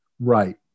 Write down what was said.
Right